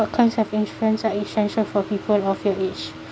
what kinds of insurance are essential for people of your age